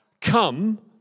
Come